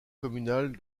communal